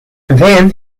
then